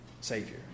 savior